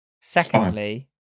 Secondly